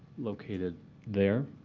located there.